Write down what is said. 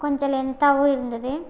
கொஞ்சம் லென்த்தாகவும் இருந்தது